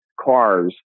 cars